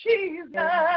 Jesus